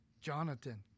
jonathan